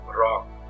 wrong